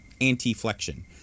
Anti-flexion